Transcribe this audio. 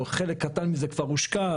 או חלק קטן מזה כבר הושקע,